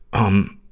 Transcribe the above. um,